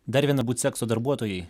dar viena būt sekso darbuotojai